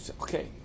okay